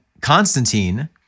Constantine